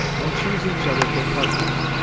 and choose each other for partners.